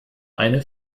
eine